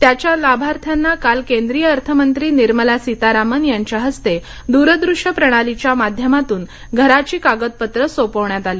त्याच्या लाभार्थ्यांना काल केंद्रीय अर्थमंत्री निर्मला सीतारामन यांच्या हस्ते द्रदृष्य प्रणालीच्या माध्यमातून घराची कागदपत्रे सोपवण्यात आली